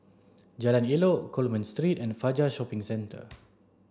Jalan Elok Coleman Three and Fajar Shopping Centre